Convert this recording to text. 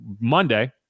Monday